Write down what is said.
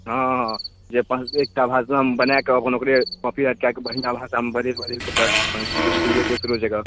हँ हँ जे अपनसबके एकटा भाषामे बनाकऽ अपन ओकरे कॉपीराइट कऽ कऽ बढ़िआँ भाषामे बदलि बदलिकऽ भेजतिए दोसरो जगह